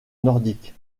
nordique